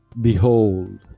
Behold